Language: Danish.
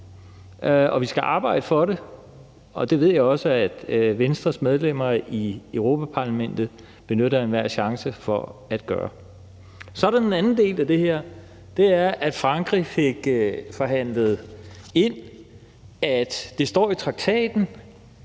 og vi skal arbejde for det, og det ved jeg også at Venstres medlemmer i Europa-Parlamentet benytter enhver chance for at gøre. Så er der den anden del af det her. Det er, at Frankrig fik forhandlet ind, at det står i traktaten,